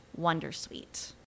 wondersuite